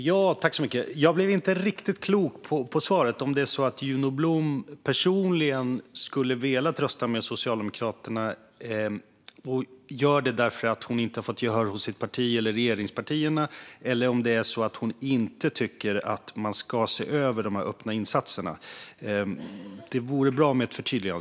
Fru talman! Jag blev inte riktigt klok på svaret. Skulle Juno Blom personligen ha velat rösta med Socialdemokraterna därför att hon inte har fått gehör hos sitt parti eller hos regeringspartierna, eller tycker hon inte att man ska se över de öppna insatserna? Det vore bra med ett förtydligande.